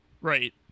Right